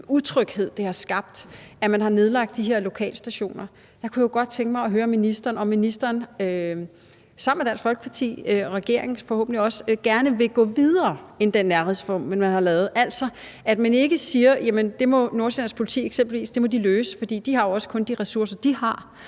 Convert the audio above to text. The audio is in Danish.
utryghed, det har skabt, at man har nedlagt det her lokalstationer – så kunne jeg godt tænke mig at høre ministeren, om ministeren sammen med Dansk Folkeparti, og forhåbentlig også regeringen, gerne vil gå videre end den nærhedsreform, man har lavet; altså at man ikke siger, at det må eksempelvis Nordsjællands Politi selv løse, for de har jo også kun de ressourcer, de har,